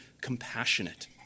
compassionate